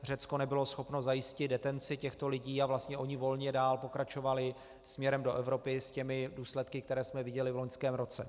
Řecko nebylo schopno zajistit detenci těchto lidí a oni vlastně volně dál pokračovali směrem do Evropy s těmi důsledky, které jsme viděli v loňském roce.